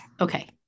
Okay